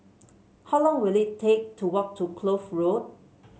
how long will it take to walk to Kloof Road